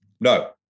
no